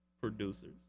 producers